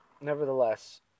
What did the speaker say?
nevertheless